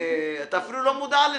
אתה אפילו לא מודע לזה.